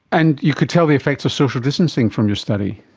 and you could tell the effects of social distancing from your study.